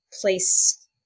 place